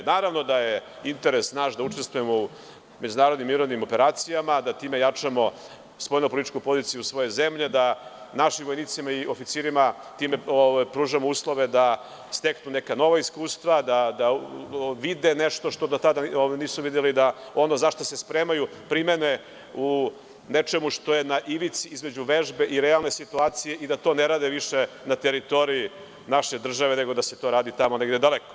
Naravno da je naš interes da učestvujemo u međunarodnim mirovnim operacijama, da time jačamo spoljnopolitičku poziciju svoje zemlje, da našim oficirima i vojnicima pružamo uslove da steknu neka nova iskustva, da vide nešto što do tada nisu videli, da ono za šta se spremaju, primene u nečemu što je između vežbe i realne situacije i da to ne rade više na teritoriji naše države, nego da se to radi negde daleko.